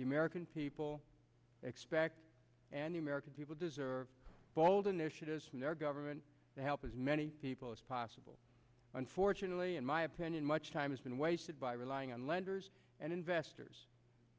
the american people expect and the american people deserve bold initiatives from their government to help as many people as possible unfortunately in my opinion much time has been wasted by relying on lenders and investors